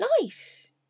nice